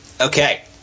Okay